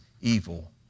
evil